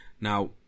Now